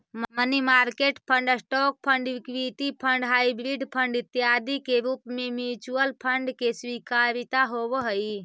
money market fund, stock fund, equity fund, hybrid fund इत्यादि के रूप में म्यूचुअल फंड के स्वीकार्यता होवऽ हई